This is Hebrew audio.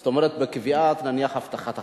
זאת אומרת בקביעת הבטחת הכנסה,